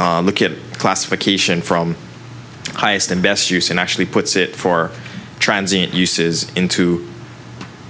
we look at classification from the highest and best use and actually puts it for transit uses into